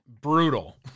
brutal